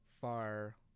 far